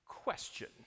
question